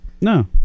No